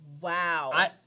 Wow